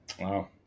Wow